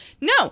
No